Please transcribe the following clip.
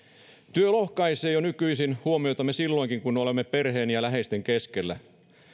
työ lohkaisee jo nykyisin huomiotamme silloinkin kun olemme perheen ja läheisten keskellä